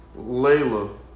Layla